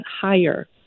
higher